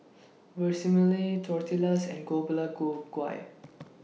Vermicelli Tortillas and Gui